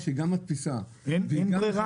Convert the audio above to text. אין ברירה.